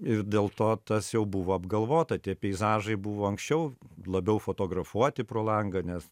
ir dėl to tas jau buvo apgalvota tie peizažai buvo anksčiau labiau fotografuoti pro langą nes